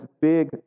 big